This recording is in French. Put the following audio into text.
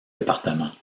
département